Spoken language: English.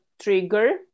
trigger